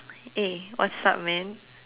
eh what's up man